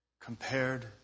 compared